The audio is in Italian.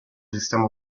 sistema